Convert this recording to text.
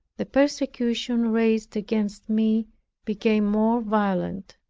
the persecution raised against me became more violent.